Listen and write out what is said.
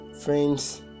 Friends